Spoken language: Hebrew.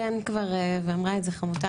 אתן כבר ואמרה את זה חמוטל,